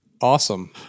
awesome